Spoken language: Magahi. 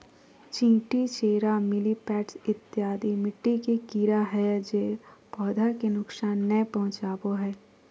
चींटी, चेरा, मिलिपैड्स इत्यादि मिट्टी के कीड़ा हय जे पौधा के नुकसान नय पहुंचाबो हय